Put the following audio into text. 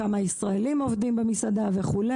כמה ישראלים עובדים במסעדה וכו',